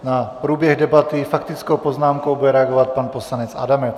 Na průběh debaty faktickou poznámkou bude reagovat pan poslanec Adamec.